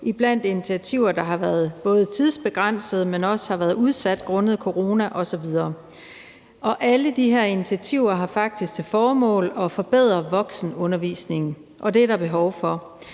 bl.a. initiativer, der både har været tidsbegrænset, men som også har været udsat grundet corona osv. Alle de her initiativer har til formål at forbedre voksenundervisningen, og det er der behov for.